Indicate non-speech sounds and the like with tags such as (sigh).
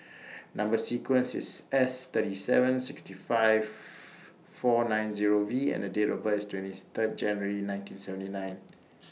Number sequence IS S thirty seven sixty five (unintelligible) four nine Zero V and Date of birth IS twenty three January nineteen seventy nine